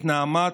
ואת נעמת,